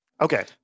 Okay